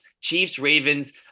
Chiefs-Ravens